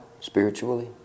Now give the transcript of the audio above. Spiritually